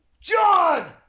John